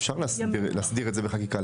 אפשר להסדיר את זה בחקיקה,